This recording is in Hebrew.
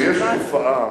כשיש תופעה